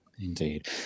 Indeed